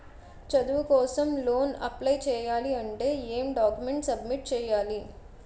చదువు కోసం loan apply చేయాలి అంటే ఎం డాక్యుమెంట్స్ సబ్మిట్ చేయాలి?